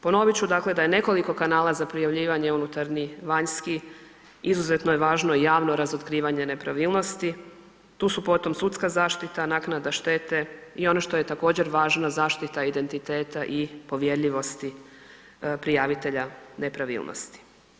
Ponovit ću da je nekoliko kanala za prijavljivanje, unutarnji, vanjski izuzetno je važno javno razotkrivanje nepravilnosti, tu su potom sudska zaštita, naknada štete i ono što je također važno zaštita identiteta i povjerljivosti prijavitelja nepravilnosti.